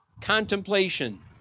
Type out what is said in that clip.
contemplation